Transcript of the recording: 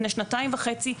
לפני שנתיים וחצי,